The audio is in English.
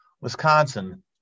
Wisconsin